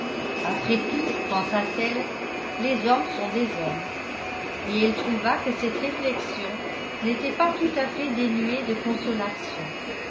après tout pensa-t-elle les hommes sont des hommes et elle trouva que cette réflexion n'était pas tout à fait dénuée de consolation